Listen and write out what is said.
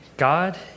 God